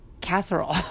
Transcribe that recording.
casserole